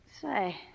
Say